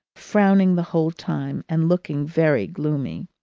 frowning the whole time and looking very gloomy.